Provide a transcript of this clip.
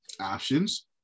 options